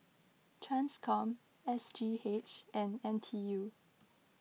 Transcom S G H and N T U